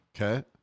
Okay